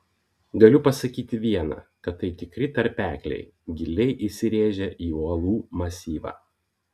galiu pasakyti viena kad tai tikri tarpekliai giliai įsirėžę į uolų masyvą